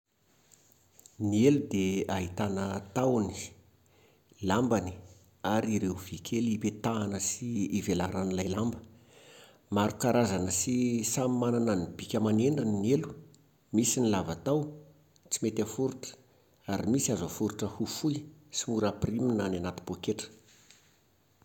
Ny elo dia ahitana tahony, lambany ary ireo vy kely ipetahana sy ivelaran'ilay lamba. Maro karazana sy samy manana ny bika aman'endriny ny elo. Misy ny lava taho, tsy mety aforitra. Ary misy azo aforitra ho fohy sy mora ampirimina any anaty pôketra.